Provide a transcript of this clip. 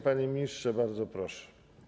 Panie ministrze, bardzo proszę.